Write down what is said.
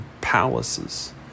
palaces